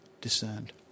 discerned